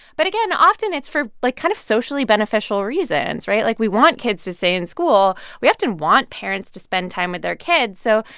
but again, often, it's for, like, kind of socially beneficial reasons, right? like, we want kids to stay in school. we often want parents to spend time with their kids. so,